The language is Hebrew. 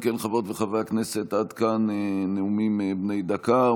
אם כן, חברות וחברי הכנסת, עד כאן נאומים בני דקה.